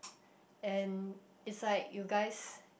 and it's like you guys